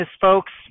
folks